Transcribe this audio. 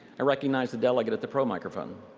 i recognize the delegate at the pro microphone.